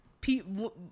people